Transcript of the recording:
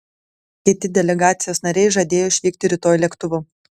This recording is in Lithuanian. kiti delegacijos nariai žadėjo išvykti rytoj lėktuvu